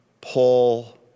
Paul